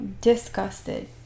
disgusted